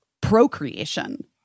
procreation